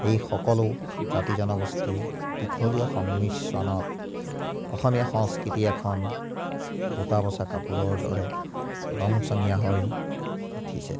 এই সকলো জাতি জনগোষ্ঠীৰ দীঘলীয়া সংমিশ্ৰণত অসমীয়া সংস্কৃতি এখন বুটাবছা কাপোৰৰ দৰে ৰং চঙীয়া হৈ উঠিছে